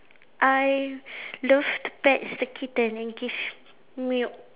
I love pets the kitten it gives milk